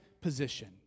position